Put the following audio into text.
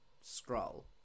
Scroll